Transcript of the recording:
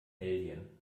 alien